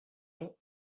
ton